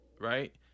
right